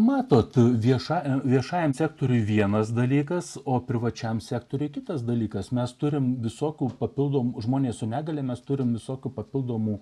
matote viešajam viešajam sektoriui vienas dalykas o privačiam sektoriui kitas dalykas mes turime visokių papildomų žmonių su negalia mes turime visokių papildomų